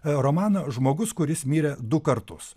romaną žmogus kuris mirė du kartus